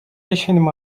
ишеним